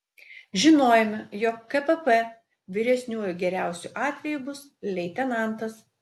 žinojome jog kpp vyresniuoju geriausiu atveju bus leitenantas